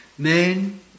men